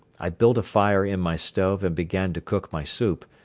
i built a fire in my stove and began to cook my soup,